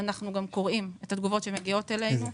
אנחנו גם קוראים את התגובות שמגיעות אלינו.